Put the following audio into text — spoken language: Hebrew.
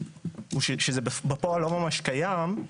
שבפועל לא ממש קיים.